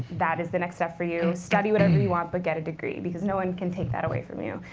that is the next step for you. study whatever you want, but get a degree, because no one can take that away from you.